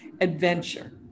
adventure